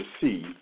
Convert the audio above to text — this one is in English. see